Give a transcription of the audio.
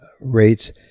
rates